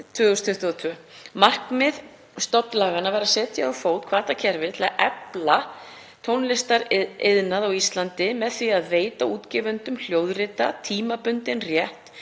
Markmið stofnlaganna var að setja á fót hvatakerfi til að efla tónlistariðnað á Íslandi með því að veita útgefendum hljóðrita tímabundinn rétt